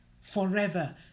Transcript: forever